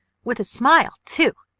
with a smile, too!